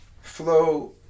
flow